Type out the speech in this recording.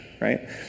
right